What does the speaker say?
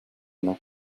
una